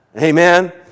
Amen